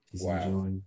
Wow